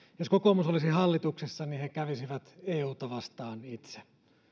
jos kokoomus olisi hallituksessa niin he itse kävisivät euta vastaan